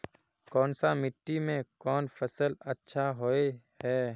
कोन सा मिट्टी में कोन फसल अच्छा होय है?